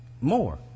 More